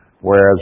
whereas